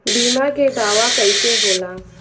बीमा के दावा कईसे होला?